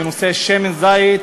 בנושא שמן הזית,